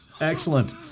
Excellent